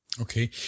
Okay